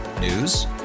News